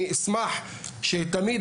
אני אשמח שתמיד,